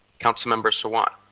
councilmember sawant.